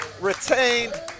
retained